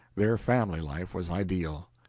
their family life was ideal.